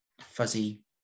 fuzzy